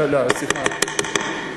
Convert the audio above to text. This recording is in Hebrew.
סליחה.